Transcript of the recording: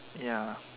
ya